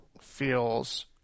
feels